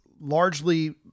largely